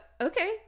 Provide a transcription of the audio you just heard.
okay